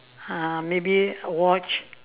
uh maybe watch